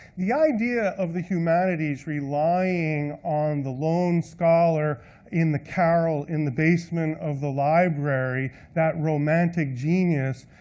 the idea of the humanities relying on the lone scholar in the carrel, in the basement, of the library, that romantic genius,